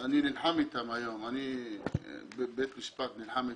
אני נלחם איתם היום, אני בבית משפט נלחם איתם.